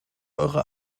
eure